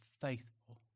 faithful